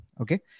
Okay